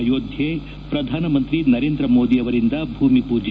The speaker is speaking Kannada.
ಆಯೋಧ್ತೆ ಪ್ರಧಾನಮಂತ್ರಿ ನರೇಂದ್ರ ಮೋದಿ ಅವರಿಂದ ಭೂಮಿ ಪೂಜೆ